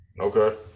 Okay